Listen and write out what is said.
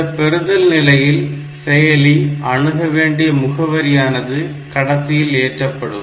இந்த பெறுதல்நிலையில் செயலி அணுகவேண்டிய முகவரியானது கடத்தியில் ஏற்றப்படும்